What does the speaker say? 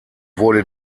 wurde